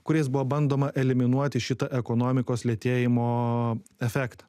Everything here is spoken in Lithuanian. kuriais buvo bandoma eliminuoti šitą ekonomikos lėtėjimo efektą